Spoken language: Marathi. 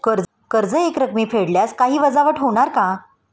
कर्ज एकरकमी फेडल्यास काही वजावट होणार का?